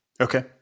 Okay